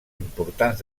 importants